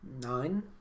Nine